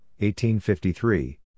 1853